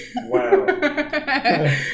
wow